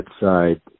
side